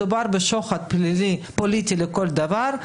מדובר בשוחד פוליטי לכל דבר.